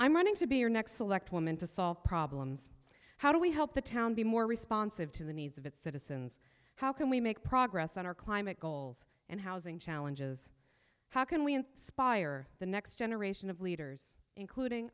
i'm running to be your next select woman to solve problems how do we help the town be more responsive to the needs of its citizens how can we make progress on our climate goals and housing challenges how can we inspire the next generation of leaders including